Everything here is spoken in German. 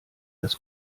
das